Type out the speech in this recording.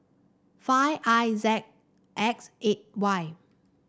five I Z X eight Y